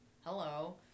hello